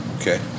Okay